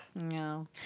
No